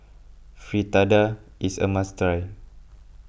Fritada is a must try